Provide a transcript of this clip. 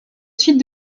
suite